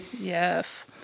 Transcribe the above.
Yes